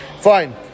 Fine